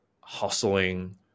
hustling